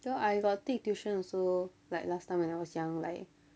ya I got take tuition also like last time when I was young like